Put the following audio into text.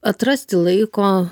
atrasti laiko